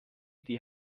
die